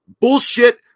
bullshit